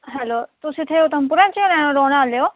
hello तुस इत्थें उधमपुरा च रौह्ने आह्ले ओ